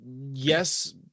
yes